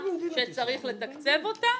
שצריך לתקצב אותה,